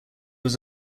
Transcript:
was